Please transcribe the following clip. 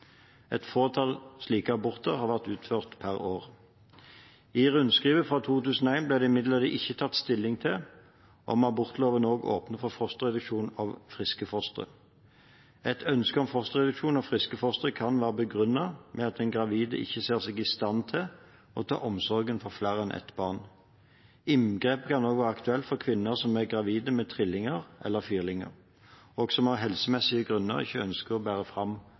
Et fåtall slike aborter har vært utført per år. I rundskrivet fra 2001 ble det imidlertid ikke tatt stilling til om abortloven også åpner for fosterreduksjon av friske fostre. Et ønske om fosterreduksjon av friske fostre kan være begrunnet med at den gravide ikke ser seg i stand til å ta omsorg for flere enn ett barn. Inngrepet kan også være aktuelt for kvinner som er gravide med trillinger eller firlinger, og som av helsemessige grunner ikke ønsker å bære fram